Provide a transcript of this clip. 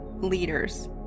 leaders